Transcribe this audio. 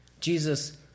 Jesus